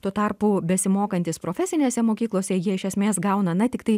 tuo tarpu besimokantys profesinėse mokyklose jie iš esmės gauna na tiktai